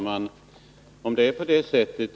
Herr talman!